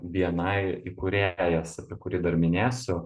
bni įkūrėjas apie kurį dar minėsiu